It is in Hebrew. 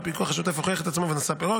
והפיקוח השוטף הוכיח את עצמו ונשא פירות.